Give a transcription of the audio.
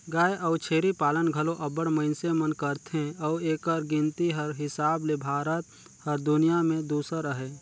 गाय अउ छेरी पालन घलो अब्बड़ मइनसे मन करथे अउ एकर गिनती कर हिसाब ले भारत हर दुनियां में दूसर अहे